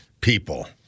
people